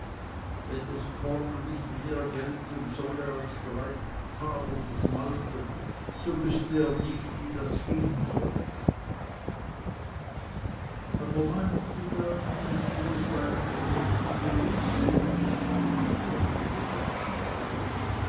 wenn das korn nicht mehr gelten solle als drei taler das malter so wüßte er nicht wie das gehen solle aber meinst du dann mit wohlfeilen knechten gewinnest du was antwortete der knecht